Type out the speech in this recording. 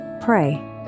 pray